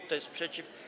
Kto jest przeciw?